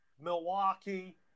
Milwaukee